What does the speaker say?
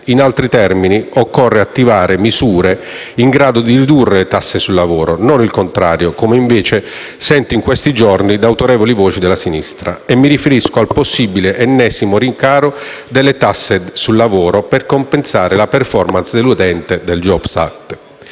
In altri termini, occorre attivare misure in grado di ridurre le tasse sul lavoro, non il contrario, come invece sento dire in questi giorni da autorevoli voci della sinistra. Mi riferisco al possibile, ennesimo rincaro delle tasse sul lavoro per compensare la *performance* deludente del *jobs act*.